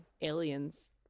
Aliens